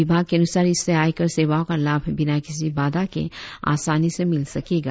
विभाग के अनुसार इससे आयकर सेवाओं का लाभ बिना किसी बाधा के आसानी से मिल सकेगा